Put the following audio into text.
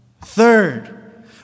Third